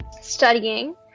studying